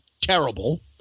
terrible